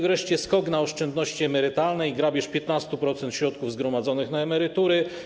Wreszcie skok na oszczędności emerytalne i grabież 15% środków zgromadzonych na emerytury.